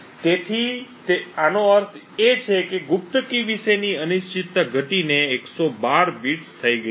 તેથી આનો અર્થ એ છે કે ગુપ્ત કી વિશેની અનિશ્ચિતતા ઘટીને 112 બિટ્સ થઈ ગઈ છે